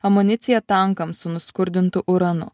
amunicija tankams su nuskurdintu uranu